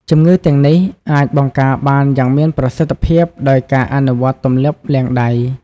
ជំងឺទាំងនេះ អាចបង្ការបានយ៉ាងមានប្រសិទ្ធភាពដោយការអនុវត្តទម្លាប់លាងដៃ។